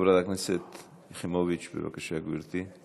חברת הכנסת יחימוביץ, בבקשה, גברתי.